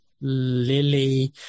lily